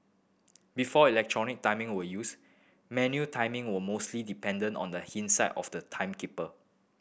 before electronic timing were used manual timing were mostly dependent on the of the timekeeper